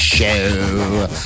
show